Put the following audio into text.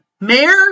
Mayor